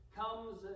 comes